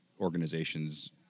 organizations